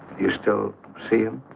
you still see him.